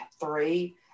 three